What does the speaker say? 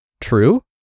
True